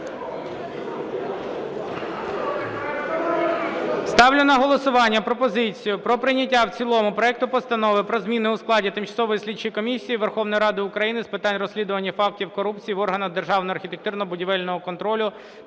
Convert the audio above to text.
Ставлю на голосування пропозицію про прийняття в цілому проекту Постанови про зміни у складі Тимчасової слідчої комісії Верховної Ради України з питань розслідування фактів корупції в органах державного архітектурно-будівельного контролю